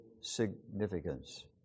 significance